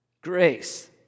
grace